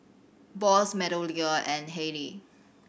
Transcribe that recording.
Bose MeadowLea and Haylee